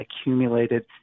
accumulated